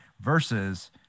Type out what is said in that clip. Versus